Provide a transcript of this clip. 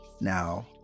Now